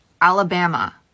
Alabama